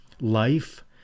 life